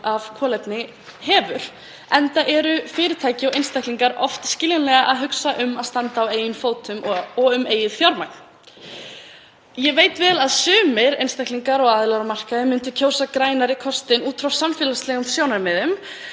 af kolefni hefur enda eru fyrirtæki og einstaklingar skiljanlega oft að hugsa um að standa á eigin fótum og um eigið fjármagn. Ég veit vel að sumir einstaklingar og aðilar á markaði myndu kjósa grænni kostinn út frá samfélagslegum sjónarmiðum